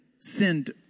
sinned